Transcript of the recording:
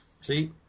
See